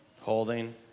Holding